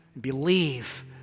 Believe